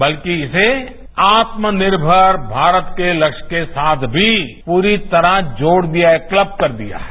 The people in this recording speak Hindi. बल्कि इसे आत्मनिर्मर भारत के लस्य के साथ भी पूरी तरह जोझ दिया है क्लब कर दिया है